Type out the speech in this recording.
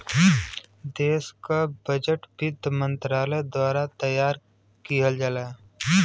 देश क बजट वित्त मंत्रालय द्वारा तैयार किहल जाला